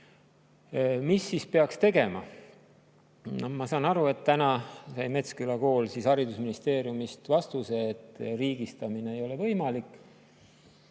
Mida siis peaks tegema? Ma saan aru, et täna sai Metsküla kool haridusministeeriumist vastuse, et riigistamine ei ole võimalik.